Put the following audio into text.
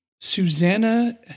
Susanna